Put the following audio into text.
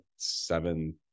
seven